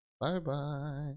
Bye-bye